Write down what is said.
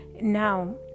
Now